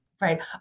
right